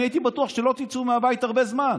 אני הייתי בטוח שלא תצאו מהבית הרבה זמן,